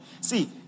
See